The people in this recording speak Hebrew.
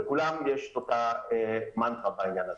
לכולם יש את אותה מנטרה בעניין הזה.